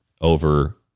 over